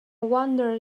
wonder